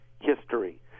History